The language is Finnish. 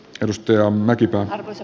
ennuste on mäkipää se